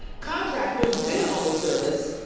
contractors bid on the service,